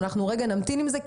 שאנחנו רגע נמתין עם זה,